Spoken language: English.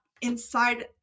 inside